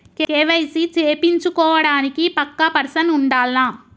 KYC చేపిచ్చుకోవడానికి పక్కా person ఉండాల్నా?